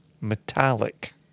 metallic